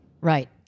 Right